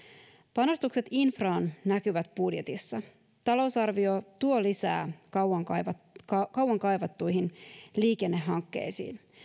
panostukset infraan näkyvät budjetissa talousarvio tuo lisää kauan kaivattuihin liikennehankkeisiin